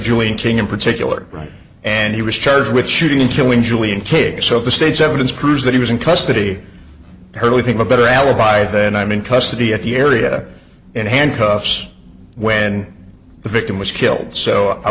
join king in particular right and he was charged with shooting and killing julian k so the state's evidence proves that he was in custody early think a better alibi then i'm in custody at the area in handcuffs when the victim was killed so i